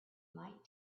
might